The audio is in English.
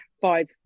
five